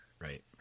Right